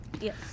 Yes